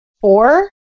four